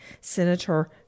Senator